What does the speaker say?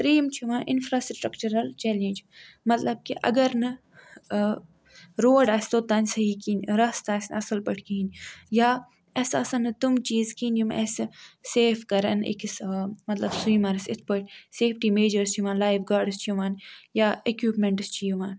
ترٛیٚیِم چھُ یِوان اِنفراسٹرکچرل چیٚلینٛج مَطلَب کہِ اَگر نہٕ روڑ آسہِ توٚتانۍ صحیح کِہیٖنٛۍ راستہٕ آسہ نہٕ اَصٕل پٲٹھۍ کِہیٖنٛۍ یا اَسہِ آسَن نہٕ تِم چیٖز کِہیٖنٛۍ یِم اَسہِ سیف کَرَن أکِس مَطلَب سویمَرَس یِتھٕ پٲٹھۍ سیفٹی میجٲرٕس چھ یِوان لایف گاڑس چھِ یِوان یا اِکوِپمٮ۪نٛٹٕس چھِ یِوان